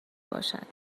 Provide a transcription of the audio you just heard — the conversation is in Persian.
باشد